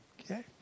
Okay